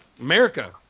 America